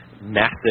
massive